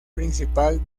principal